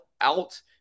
out